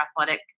athletic